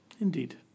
Indeed